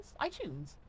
iTunes